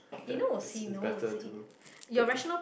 that it's it's better to break it off